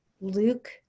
Luke